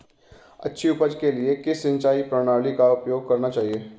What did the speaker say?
अच्छी उपज के लिए किस सिंचाई प्रणाली का उपयोग करना चाहिए?